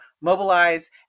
mobilize